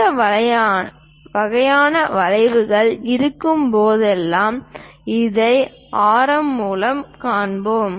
இந்த வகையான வளைவுகள் இருக்கும்போதெல்லாம் அதை ஆரம் மூலம் காண்பிப்போம்